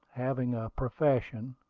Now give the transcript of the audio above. having a profession,